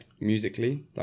musically